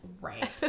Right